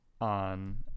on